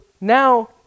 now